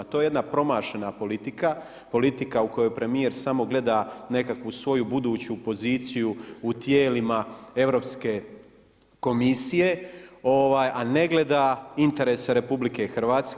To je jedna promašena politika, politika u kojoj premijer samo gleda nekakvu svoju buduću poziciju u tijelima Europske komisije, a ne gleda interese RH.